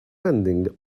lending